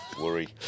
Worry